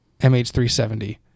MH370